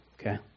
Okay